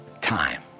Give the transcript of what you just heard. time